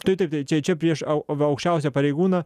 taip taip taip čia čia prieš au aukščiausią pareigūną